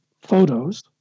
photos